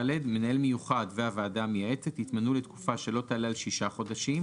(ד)מנהל מיוחד והוועדה המייעצת יתמנו לתקופה שלא תעלה על שישה חודשים,